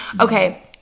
okay